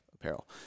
Apparel